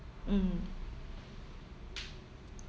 mm